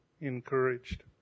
encouraged